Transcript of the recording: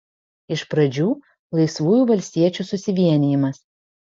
iš pradžių laisvųjų valstiečių susivienijimas